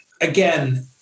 again